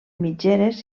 mitgeres